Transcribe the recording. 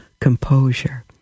composure